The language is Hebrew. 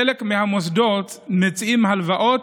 חלק מהמוסדות מציעים הלוואות,